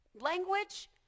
language